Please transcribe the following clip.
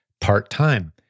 part-time